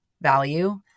value